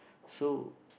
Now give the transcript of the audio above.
so